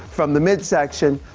from the mid section.